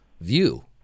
view